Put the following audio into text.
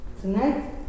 tonight